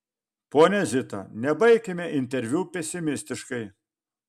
ponia zita nebaikime interviu pesimistiškai